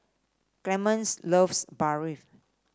Clemence loves Barfi